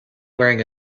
wearing